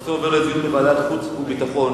הנושא עובר לדיון בוועדת החוץ והביטחון.